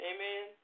Amen